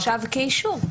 נחשב כאישור.